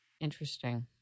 Interesting